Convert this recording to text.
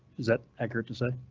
is that accurate to say?